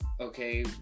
okay